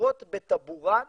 קשורות בטבורן